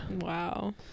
Wow